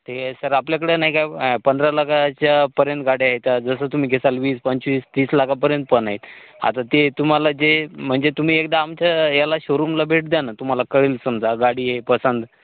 ते सर आपल्याकडे नाही काय पंधरा लाखाच्यापर्यंत गाडी आहे जा जसं तुम्ही घेसाल वीस पंचवीस तीस लाखापर्यंत पण आहेत आता ते तुम्हाला जे म्हणजे तुम्ही एकदा आमच्या याला शोरूमला भेट द्या ना तुम्हाला कळेल समजा गाडी हे पसंत